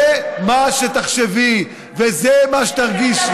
זה מה שתחשבי וזה מה שתרגישי.